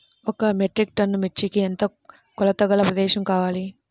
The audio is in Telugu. ఒక మెట్రిక్ టన్ను మిర్చికి ఎంత కొలతగల ప్రదేశము కావాలీ?